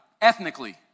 ethnically